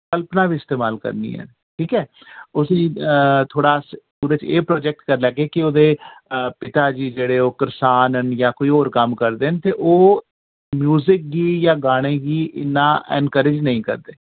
कल्पना वि इस्तेमाल करनी ऐ ठीक ऐ उस्सी थोह्ड़ा अस उदे च एह् प्रोजेक्ट करी लैगे कि उदे पिता जी जेह्ड़े ओह् करसान न जां और कोई कम्म करदे न ते ओह् म्यूजिक गी यां गाने गी इन्ना एन्करेज नेईं करदे